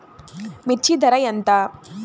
మిర్చి ధర ఎంత?